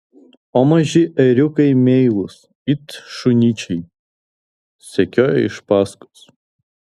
o maži ėriukai meilūs it šunyčiai sekioja iš paskos